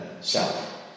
self